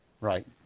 Right